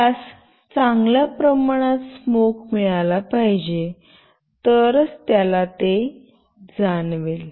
त्यास चांगला प्रमाणात स्मोक मिळाला पाहिजे तरच त्याला हे जाणवेल